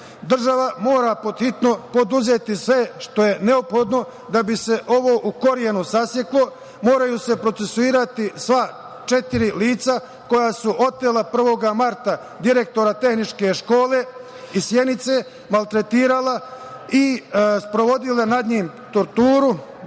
mora pod hitno poduzeti sve što je neophodno da bi se ovo u korenu saseklo i moraju se procesuirati sva četiri lica koja su otela 1. marta direktora Tehničke škole iz Sjenice, maltretirala i sprovodila nad njim torturu,